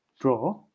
draw